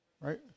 Right